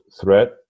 threat